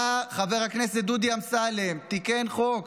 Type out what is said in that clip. בא חבר הכנסת דודי אמסלם, תיקן חוק,